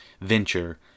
venture